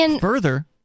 Further